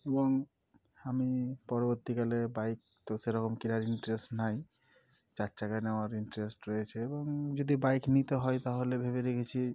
এবং আমি পরবর্তীকালে বাইক তো সেরকম কেনার ইন্টারেস্ট নাই চার চাকা নেওয়ার ইন্টারেস্ট রয়েছে এবং যদি বাইক নিতে হয় তাহলে ভেবে রেখেছি